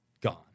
gone